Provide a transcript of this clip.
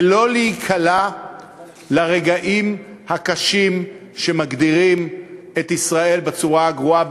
ולא להיקלע לרגעים הקשים שמגדירים את ישראל בצורה הגרועה